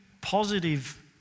positive